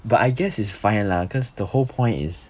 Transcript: but I guess is fine lah cause the whole point is